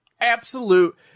absolute